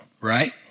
Right